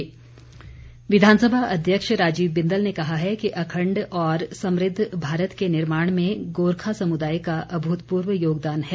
बिंदल विधानसभा अध्यक्ष राजीव बिंदल ने कहा है कि अखण्ड और समृद्ध भारत के निर्माण में गोरखा समुदाय का अभूतपूर्व योगदान है